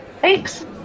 Thanks